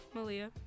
Malia